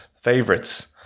favorites